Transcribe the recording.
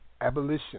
Abolition